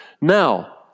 Now